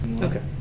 Okay